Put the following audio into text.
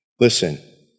Listen